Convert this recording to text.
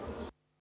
Hvala